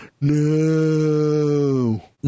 No